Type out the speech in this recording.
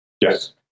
Yes